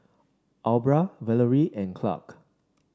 Aubra Valorie and Clarke